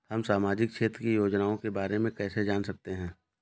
हम सामाजिक क्षेत्र की योजनाओं के बारे में कैसे जान सकते हैं?